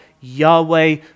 Yahweh